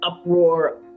uproar